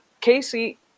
Casey